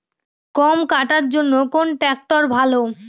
গম কাটার জন্যে কোন ট্র্যাক্টর ভালো?